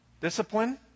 Discipline